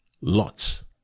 lots